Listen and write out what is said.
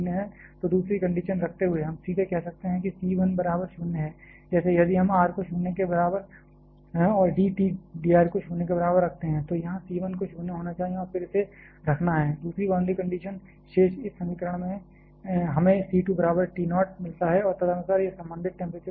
तो दूसरी कंडीशन रखते हुए हम सीधे कह सकते हैं कि c 1 बराबर 0 है जैसे यदि हम r को 0 के बराबर और d T dr को 0 के बराबर रखते हैं तो यहाँ c 1 को 0 होना है और फिर इसे रखना है दूसरी बाउंड्री कंडीशन शेष इस समीकरण में हमें c 2 बराबर T नोट मिलता है और तदनुसार यह संबंधित टेंपरेचर प्रोफ़ाइल है